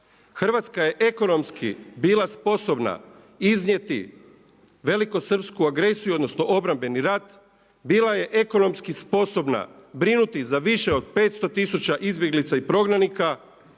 Hrvatska je ekonomski bila sposobna iznijeti velikosrpsku agresiju, odnosno obrambeni rat, bila je ekonomski sposobna brinuti za više od 500 tisuća izbjeglica i prognanika,